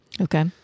Okay